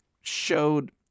showed